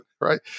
right